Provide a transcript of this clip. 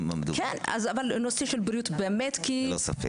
כן, אבל הנושא של הבריאות -- ללא ספק.